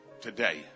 today